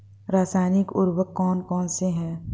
रासायनिक उर्वरक कौन कौनसे हैं?